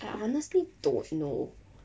I honestly don't know